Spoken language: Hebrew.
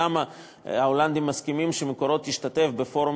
למה ההולנדים מסכימים ש"מקורות" תשתתף בפורום